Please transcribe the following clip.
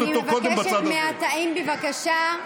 אני מבקשת מהתאים, בבקשה.